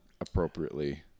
appropriately